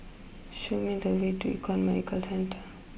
show me the way to Econ Medicare Centre